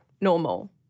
normal